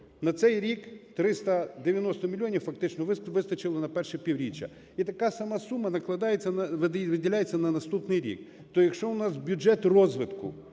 на цей рік 390 мільйонів фактично вистачило на перше півріччя. І така сама сума накладається, виділяється на наступний рік. То якщо у нас бюджет розвитку,